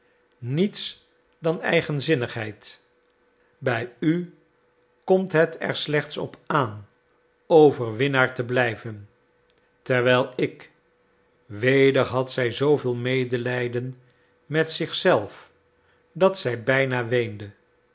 niets als eigenzinnigheid bij u komt het er slechts op aan overwinnaar te blijven terwijl ik weder had zij zooveel medelijden met zich zelf dat zij bijna weende